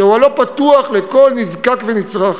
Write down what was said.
שאוהלו פתוח לכל נזקק ונצרך,